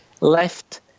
left